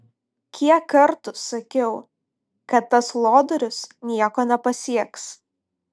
kiek kartų sakiau kad tas lodorius nieko nepasieks